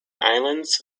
islands